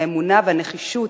האמונה והנחישות